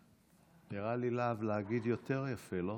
נראה לי שלהגיד "להב" יותר יפה, לא?